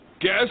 Guess